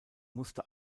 musste